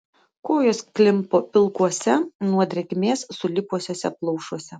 kojos klimpo pilkuose nuo drėgmės sulipusiuose plaušuose